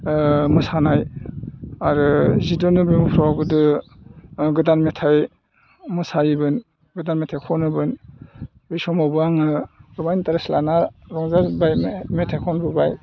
मोसानाय आरो जिद' नभेम्बरफ्राव गोदो गोदान मेथाइ मोसायोमोन गोदान मेथाइ खनोमोन बै समावबो आङो गोबां इन्थारेस लाना रंजाबाय मेथाइ खनबोबाय